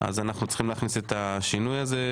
אז אנחנו צריכים להכניס את השינוי הזה,